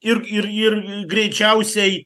ir ir ir greičiausiai